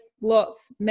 lots